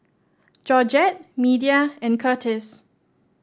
Georgette Media and Curtis